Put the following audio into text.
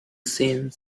same